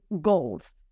goals